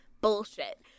bullshit